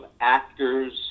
actors